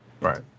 Right